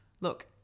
look